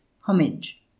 homage